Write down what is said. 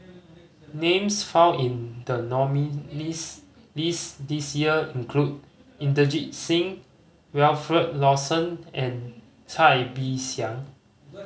names found in the nominees' list this year include Inderjit Singh Wilfed Lawson and Cai Bixiang